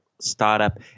startup